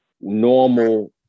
normal